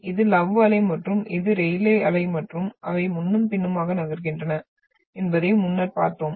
இது லவ் அலை மற்றும் இது ரெயிலே அலை மற்றும் அவை முன்னும் பின்னுமாக நகர்கின்றன என்பதை முன்னர் பார்த்தோம்